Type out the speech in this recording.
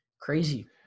crazy